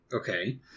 Okay